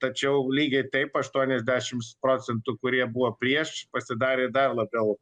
tačiau lygiai taip aštuoniasdešims procentų kurie buvo prieš pasidarė dar labiau